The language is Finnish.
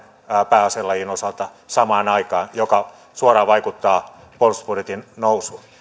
pääaselajin osalta samaan aikaan mikä suoraan vaikuttaa puolustusbudjetin nousuun